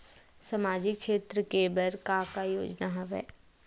सामाजिक क्षेत्र के बर का का योजना हवय?